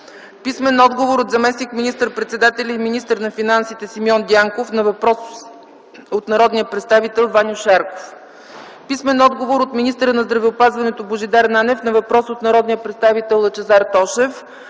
писмен отговор от заместник министър-председателя и министър на финансите Симеон Дянков на въпрос от народния представител Ваньо Шарков; - писмен отговор от министъра на здравеопазването Божидар Нанев на въпрос от народния представител Лъчезар Тошев;